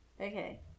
okay